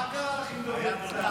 מה קרה לך עם דובר צה"ל?